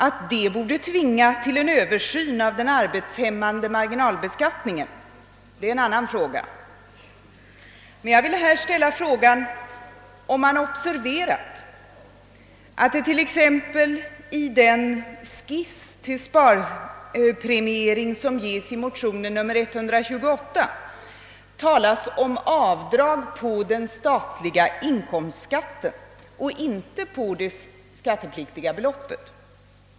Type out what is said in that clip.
Att detta borde tvinga till en översyn av den arbetshämmande marginalbeskattningen är en annan sak. Jag vill här ställa frågan, om man observerat att det i t.ex. den skiss till sparpremiering som ges i motion nr II: 128 talas om avdrag på den statliga inkomstskatten och inte på det skattepliktiga beloppet.